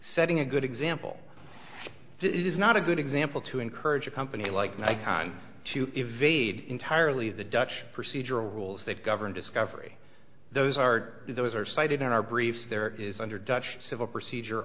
setting a good example it is not a good example to encourage a company like nikon to evade entirely the dutch procedural rules that govern discovery those are those are cited in our brief there is under dutch civil procedure